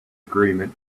agreement